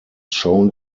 shown